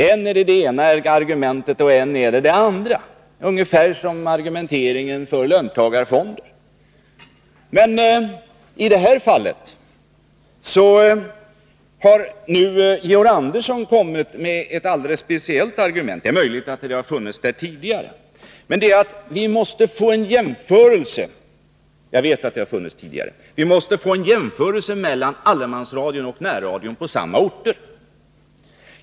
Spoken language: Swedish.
Än är det det ena argumentet, och än är det det andra — ungefär som argumenteringen för löntagarfonder. I det här fallet har Georg Andersson framfört ett alldeles speciellt argument — det har också anförts tidigare. Han sade att vi måste få till stånd en jämförelse mellan allemansradion och närradion på samma orter.